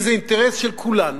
כי זה האינטרס של כולנו.